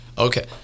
Okay